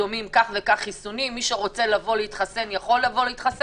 מי שרוצה להתחסן יכול לבוא,